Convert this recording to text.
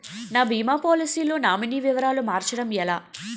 నా భీమా పోలసీ లో నామినీ వివరాలు మార్చటం ఎలా?